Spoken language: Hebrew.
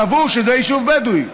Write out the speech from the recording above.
קבעו שזה יישוב בדואי,